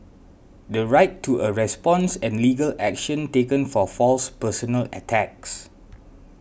the right to a response and legal action taken for false personal attacks